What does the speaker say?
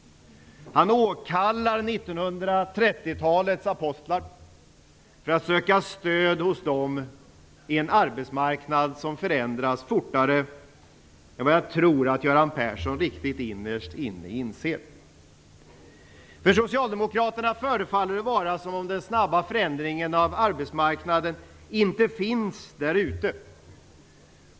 Han åkallar 1930-talets apostlar för att söka stöd hos dem på en arbetsmarknad som förändras fortare än vad jag tror att Göran Persson riktigt innerst inne inser. För Socialdemokraterna förefaller det vara som om den snabba förändringen av arbetsmarknaden inte finns där ute.